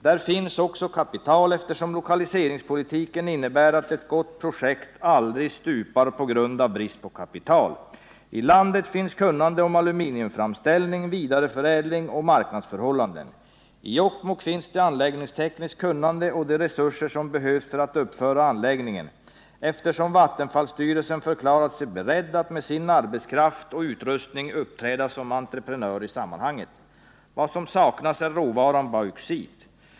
Där finns också kapital, eftersom lokaliseringspolitiken innebär att ett gott projekt aldrig stupar på grund av brist på kapital. I landet finns kunnande om aluminiumframställning, vidareförädling och marknadsförhållanden. I Jokkmokk finns det anläggningstekniskt kunnande och de resurser som behövs för att uppföra anläggningen, eftersom Vattenfallsstyrelsen förklarat sig beredd att med sin arbetskraft och utrustning uppträda som entreprenör i sammanhanget. Vad som saknas är råvaran bauxit.